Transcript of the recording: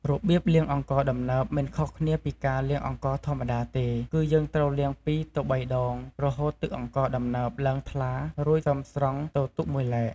របៀបលាងអង្ករដំណើបមិនខុសគ្នាពីការលាងអង្ករធម្មតាទេ គឺយើងត្រូវលាង២ទៅ៣ដង រហូតទឹកអង្ករដំណើបឡើងថ្លា រួចសិមស្រង់ទៅទុកមួយឡែក។